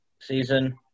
season